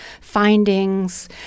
findings